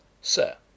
Sir